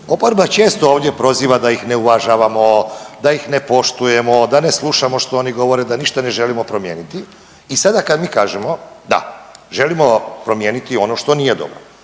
Oporba često ovdje proziva da ih ne uvažavamo, da ih ne poštujemo, da ne slušamo što oni govore, da ništa ne želimo promijeniti. I sada kada mi kažemo da želimo promijeniti ono što nije dobro,